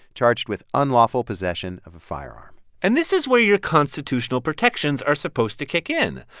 charged with unlawful possession of a firearm and this is where your constitutional protections are supposed to kick in.